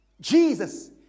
Jesus